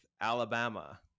Alabama